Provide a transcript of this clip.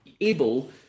able